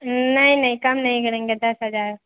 نہیں نہیں کم نہیں کریں گے دس ہزار